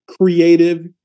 creative